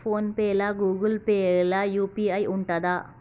Phone pay లా Google Pay లా UPI ఉంటదా?